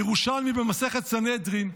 בירושלמי, במסכת סנהדרין,